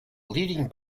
leading